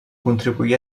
contribuí